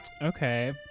Okay